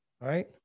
right